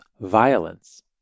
violence